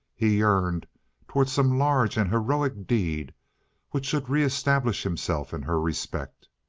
he yearned toward some large and heroic deed which should re-establish himself in her respect.